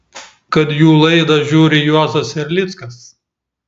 kad jų laidą žiūri juozas erlickas